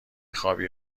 خوابی